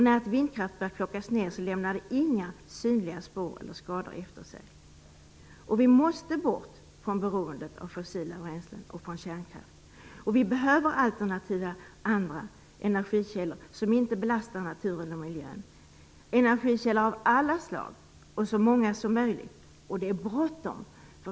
När ett vindkraftverk plockas ned lämnar det inga synliga spår eller skador efter sig. Vi måste bort från beroendet av fossila bränslen och från kärnkraft. Vi behöver alternativa energikällor som inte belastar naturen och miljön. Vi behöver energikällor av alla slag och så många som möjligt, och det är bråttom.